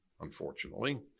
unfortunately